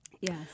Yes